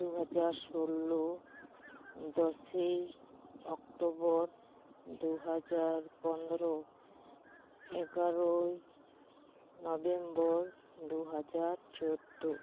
ᱫᱩ ᱦᱟᱡᱟᱨ ᱥᱳᱞᱳ ᱫᱚᱥᱮᱭ ᱚᱠᱴᱳᱵᱚᱨ ᱫᱩ ᱦᱟᱡᱟᱨ ᱯᱚᱱᱫᱨᱚ ᱮᱜᱟᱨᱚᱭ ᱱᱚᱵᱷᱮᱢᱵᱚᱨ ᱫᱩ ᱦᱟᱡᱟᱨ ᱪᱳᱫᱽᱫᱚ